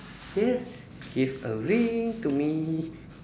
yes give a ring to me